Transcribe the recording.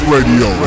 Radio